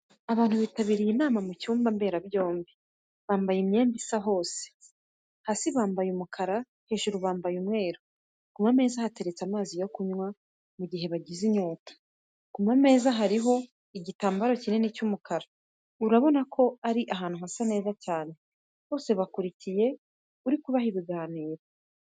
Abantu bitabiriye inama mu cyumba mberabyombi, bambaye imyenda isa bose, hasi bambaye umukara, hejuru bambaye umweru, ku mameza hateretse amazi yo kunywa mu gihe bagize inyota, ku ma meza hariho igitambaro kinini cy'umukara, urabona ko ari ahantu hasa neza cyane. Bose bakurikiye uri kubaha ibiganiro.